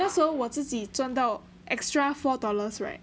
yeah so 我自己赚到 extra four dollars right